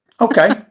Okay